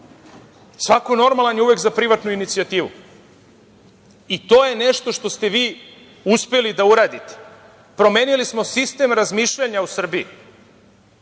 Svako normalan je uvek za privatnu inicijativu i to je nešto što ste vi uspeli da uradite. Promenili smo sistem razmišljanja u Srbiji. Znate